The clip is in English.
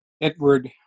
Edward